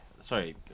sorry